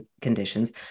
conditions